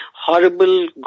horrible